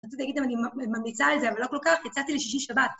רציתי להגיד להם, אני ממליצה על זה, אבל לא כל כך, יצאתי לשישי שבת.